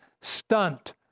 stunt